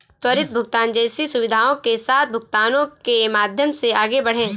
त्वरित भुगतान जैसी सुविधाओं के साथ भुगतानों के माध्यम से आगे बढ़ें